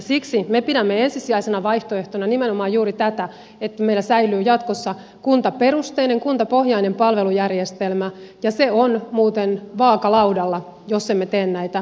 siksi me pidämme ensisijaisena vaihtoehtona nimenomaan juuri tätä että meillä säilyy jatkossa kuntaperusteinen kuntapohjainen palvelujärjestelmä ja se on muuten vaakalaudalla jos emme tee näitä uudistuksia